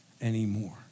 anymore